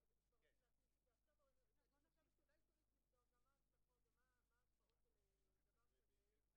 זה תהליך אחר מהתהליך שמגיעים דרך כלל עובדי הבניין.